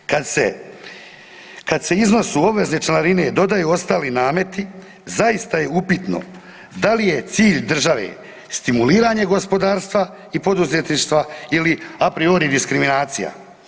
Kada se iznosu obvezne članarine dodaju ostali nameti zaista je upitno da li je cilj države stimuliranje gospodarstva i poduzetništva ili a priori diskriminacija?